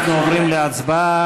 אנחנו עוברים להצבעה.